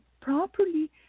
properly